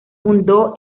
fundó